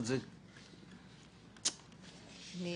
אנחנו